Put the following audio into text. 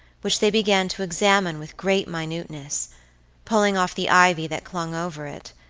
which they began to examine with great minuteness pulling off the ivy that clung over it,